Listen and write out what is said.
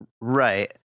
right